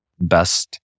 best